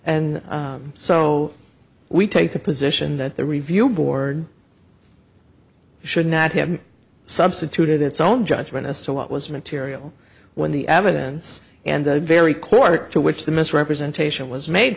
and so we take the position that the review board should not have substituted its own judgment as to what was material when the evidence and the very court to which the misrepresentation was made